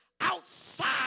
Outside